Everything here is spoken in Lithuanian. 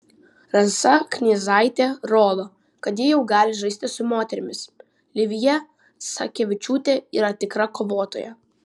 rasa knyzaitė rodo kad ji jau gali žaisti su moterimis livija sakevičiūtė yra tikra kovotoja